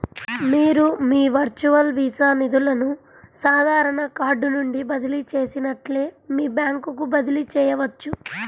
మీరు మీ virtual Visa నిధులను సాధారణ కార్డ్ నుండి బదిలీ చేసినట్లే మీ బ్యాంకుకు బదిలీ చేయవచ్చు